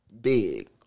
big